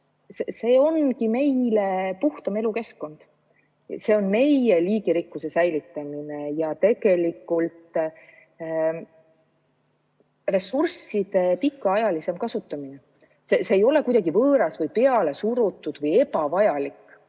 See ongi meie puhtam elukeskkond. See on meie liigirikkuse säilitamine ja tegelikult ressursside pikaajalisem kasutamine. See ei ole kuidagi võõras või pealesurutud või ebavajalik,